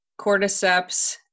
cordyceps